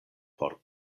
por